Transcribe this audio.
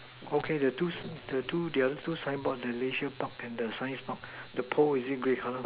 okay the two s~ the two the other two sign board the leisure park and science park the pole is it grey colour